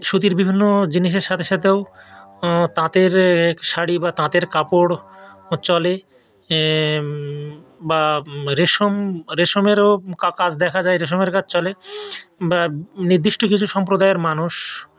সুতির বিভিন্ন জিনিসের সাথে সাথেও তাঁতের শাড়ি বা তাঁতের কাপড় চলে বা রেশম রেশমেরও কাজ দেখা যায় রেশমের কাজ চলে বা নির্দিষ্ট কিছু সম্প্রদায়ের মানুষ